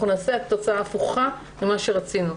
אנחנו נשיג תוצאה הפוכה ממה שרצינו.